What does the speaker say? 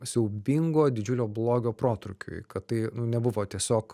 siaubingo didžiulio blogio protrūkiui kad tai nu nebuvo tiesiog